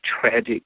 tragic